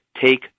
take